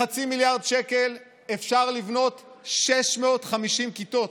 בחצי מיליארד שקלים אפשר לבנות 650 כיתות,